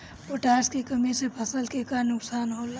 Potash के कमी से फसल के का नुकसान होला?